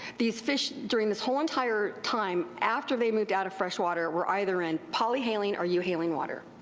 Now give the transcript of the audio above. these fish, during this whole entire time after they moved out of fresh water, were either in polyhaline or euhaline water,